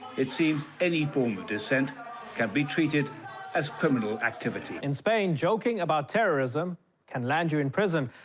it seems any form of dissent can be treated as a criminal activity. in spain, joking about terrorism can land you in prison.